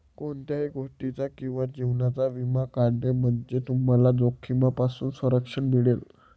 कोणत्याही गोष्टीचा किंवा जीवनाचा विमा काढणे म्हणजे तुम्हाला जोखमीपासून संरक्षण मिळेल